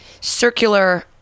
circular